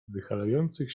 wychylających